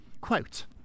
quote